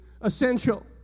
essential